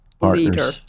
Leader